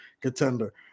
contender